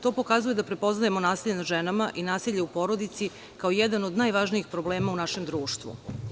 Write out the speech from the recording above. To pokazuje da prepoznajemo nasilje nad ženama i nasilje u porodici kao jedan od najvažnijih problema u našem društvu.